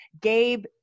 Gabe